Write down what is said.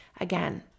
again